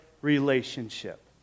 relationship